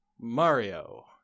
Mario